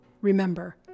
Remember